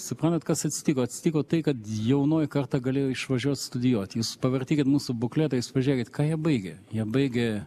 suprantat kas atsitiko atsitiko tai kad jaunoji karta galėjo išvažiuot studijuot jūs pavartykit mūsų bukletą jūs pažiūrėkit ką jie baigė jie baigė